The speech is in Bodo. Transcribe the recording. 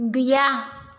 गैया